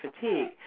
fatigue